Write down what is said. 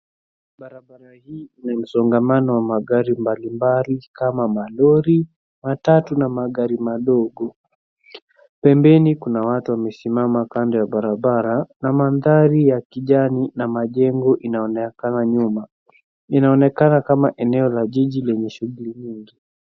Barabara hii ina msongamano wa magari mbalimbali kama malori, matatu na magari madogo, pembeni kuna watuwamesimama kando ya barabara na mandhari ya kijani na majengo inaonekana nyuma, inaonekana kama eneo la jiji lenye shughuli nyingi.